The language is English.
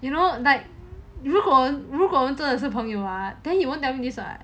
you know like 如果如果我们真的是朋友 ah then you won't tell me